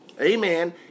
amen